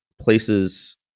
places